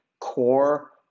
core